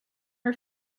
her